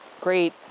great